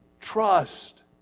trust